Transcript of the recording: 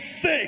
sick